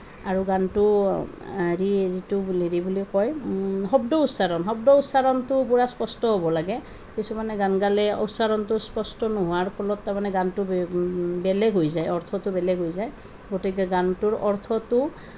আৰু গানটো হেৰি যিটো হেৰি বুলি কয় শব্দ উচ্চাৰণ শব্দ উচ্চাৰণটো পূৰা স্পষ্ট হ'ব লাগে কিছুমানে গান গালে উচ্চাৰণটো স্পষ্ট নোহোৱাৰ ফলত তাৰমানে গানটো বে বেলেগ হৈ যায় অৰ্থটো বেলেগ হৈ যায় গতিকে গানটোৰ অৰ্থটো